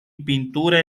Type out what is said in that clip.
pintura